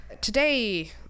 today